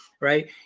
right